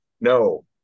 no